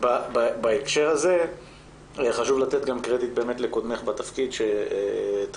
בהקשר הזה חשוב לתת גם קרדיט לקודמך בתפקיד שהתחיל,